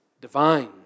divine